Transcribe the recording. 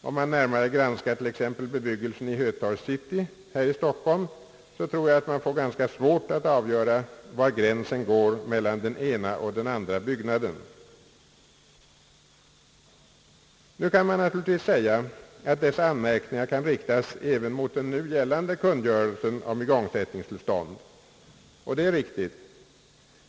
Om vi närmare granskar t.ex. bebyggelsen i Hötorgscity här i Stockholm, tror jag att vi får ganska svårt att avgöra var gränsen går mellan den ena och den andra byggnaden. Nu kan naturligtvis sägas, att dessa anmärkningar kan riktas även mot den nu gällande kungörelsen om igångsättningstillstånd — och det är riktigt.